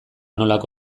nolako